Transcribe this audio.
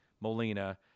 Molina